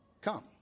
come